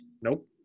Nope